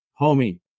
homie